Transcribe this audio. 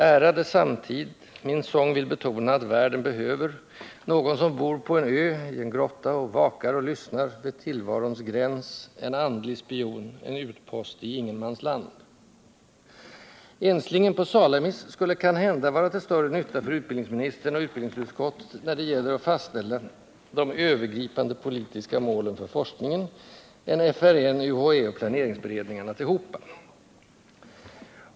Ärade samtid, min sång vill betona att världen behöver någon som bor på en ö i en grotta och vakar och lyssnar vid tillvarons gräns, en andlig spion, en utpost i ingen mans land. Enslingen på Salamis skulle kanhända vara till större nytta för utbildningsministern och utbildningsutskottet, när det gäller att fastställa ”de övergri 179 pande politiska målen för forskningen” än FRN, UHÄ och planeringsberedningarna tillhopa.